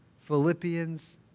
Philippians